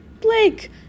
Blake